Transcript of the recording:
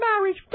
marriage